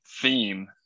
theme